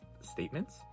statements